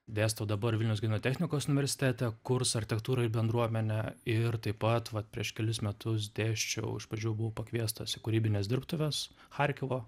dėstau dabar vilniaus gedimino technikos universitete kursą architektūra ir bendruomenė ir taip pat vat prieš kelis metus dėsčiau iš pradžių buvau pakviestas į kūrybines dirbtuves charkivo